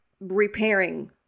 repairing